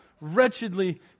wretchedly